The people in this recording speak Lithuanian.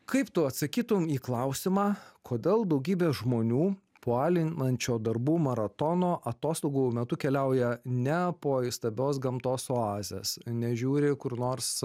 kaip tu atsakytum į klausimą kodėl daugybė žmonių po alinančio darbų maratono atostogų metu keliauja ne po įstabios gamtos oazes nežiūri kur nors